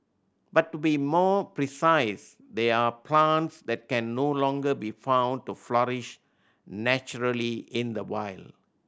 but to be more precise they're plants that can no longer be found to flourish naturally in the wild